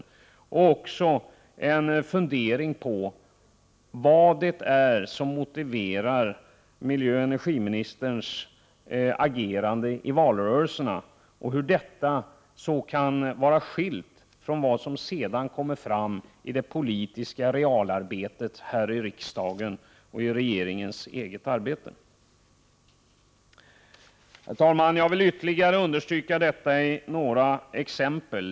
Man undrar också över vad det är som motiverar miljöoch energiministerns agerande i valrörelserna, och hur detta kan vara så skilt från det som sedan kommer fram i det verkliga politiska arbetet här i riksdagen och i regeringens eget arbete. Herr talman! Jag vill ytterligare understryka detta med några exempel.